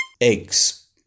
eggs